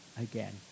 again